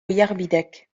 oiarbidek